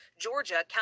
Georgia